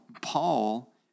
Paul